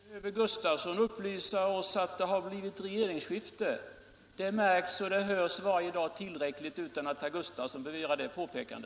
Herr talman! Inte behöver herr Gustavsson upplysa oss om att det blivit regeringsskifte. Det märks och hörs varje dag tillräckligt utan att herr Gustavsson behöver göra något påpekande.